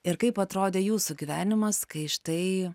ir kaip atrodė jūsų gyvenimas kai štai